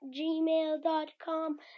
gmail.com